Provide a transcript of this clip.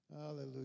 Hallelujah